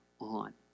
on